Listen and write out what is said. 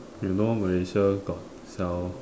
you know Malaysia got sell